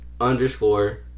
underscore